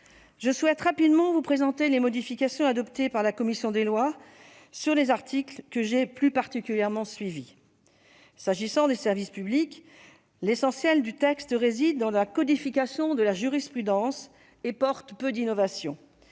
Je souhaite rapidement vous présenter les modifications adoptées par la commission des lois sur les articles que j'ai plus particulièrement suivis. En ce qui concerne les services publics, le texte vise essentiellement à codifier de la jurisprudence et apporte peu d'innovations.